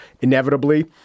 inevitably